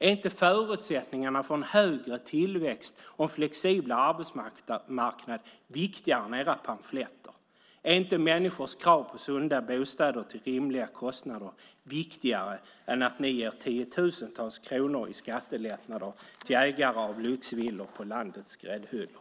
Är inte förutsättningarna för en högre tillväxt och en flexiblare arbetsmarknad viktigare än era pamfletter? Är inte människors krav på sunda bostäder till rimliga kostnader viktigare än att ni ger tiotusentals kronor i skattelättnader till ägare av lyxvillor på landets gräddhyllor?